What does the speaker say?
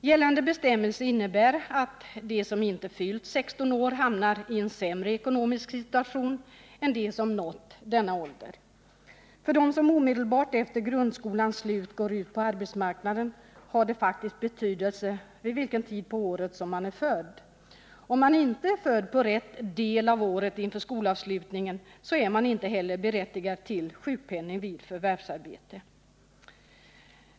Gällande bestämmelser innebär att de som inte fyllt 16 år hamnar i en sämre ekonomisk situation än de som nått denna ålder. För dem som omedelbart efter grundskolans slut går ut på arbetsmarknaden har det faktiskt betydelse vid vilken tid på året man är född. Om man inte är född på rätt del av året inför skolavslutningen, så är man inte heller berättigad till sjukpenning vid förvärvsarbete.